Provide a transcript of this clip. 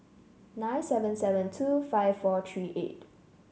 nine seven seven two five four three eight